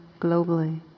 globally